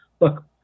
look